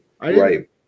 right